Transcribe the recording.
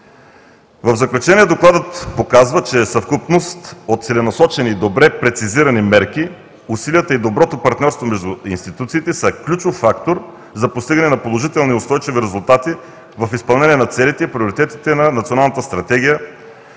В заключение Докладът показва, че е съвкупност от целенасочени, добре прецизирани мерки. Усилията и доброто партньорство между институциите са ключов фактор за постигане на положителни и устойчиви резултати в изпълнение на целите и приоритетите на Националната стратегия